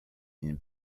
une